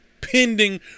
Pending